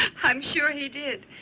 i'm sure he did.